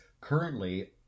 currently